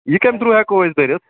یہِ کیٚمہِ تھرٛوٗ ہٮ۪کو أسۍ بٔرِتھ